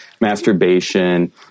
masturbation